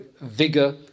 vigor